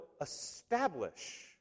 establish